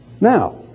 Now